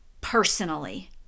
personally